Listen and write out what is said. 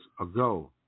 ago